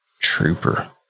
Trooper